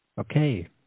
Okay